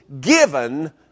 given